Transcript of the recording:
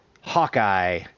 Hawkeye